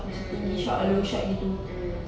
mm mm mm mm